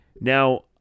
Now